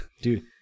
Dude